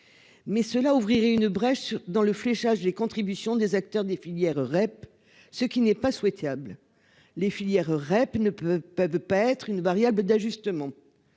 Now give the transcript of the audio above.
Mais cela ouvrirait une brèche dans le fléchage des contributions des acteurs des filières REP ce qui n'est pas souhaitable. Les filières REP ne peut peuvent paître une variable d'ajustement.